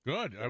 Good